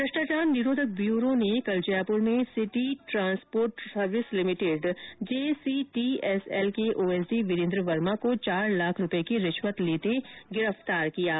भ्रष्टाचार निरोधक ब्यूरो ने कल जयपुर में city transport service limited JCTSL के ओएसडी वीरेन्द्र वर्मा को चार लाख रुपये की रिश्वत लेते रंगे हाथों गिरफ्तार किया है